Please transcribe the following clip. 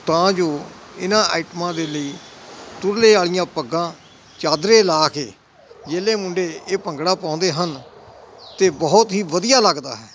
ਤਾਂ ਜੋ ਇਹਨਾਂ ਆਈਟਮਾਂ ਦੇ ਲਈ ਤੁਰਲੇ ਵਾਲੀਆਂ ਪੱਗਾਂ ਚਾਦਰੇ ਲਾ ਕੇ ਜਿਹਲੇ ਮੁੰਡੇ ਇਹ ਭੰਗੜਾ ਪਾਉਂਦੇ ਹਨ ਅਤੇ ਬਹੁਤ ਹੀ ਵਧੀਆ ਲੱਗਦਾ ਹੈ